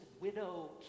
widow